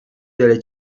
delle